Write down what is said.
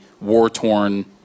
war-torn